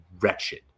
wretched